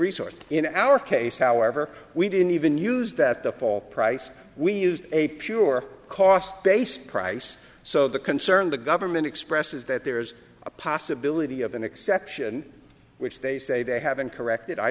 resource in our case however we didn't even use that the fall price we used a pure cost base price so the concern the government expressed is that there's a possibility of an exception which they say they haven't corrected i